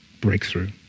Breakthrough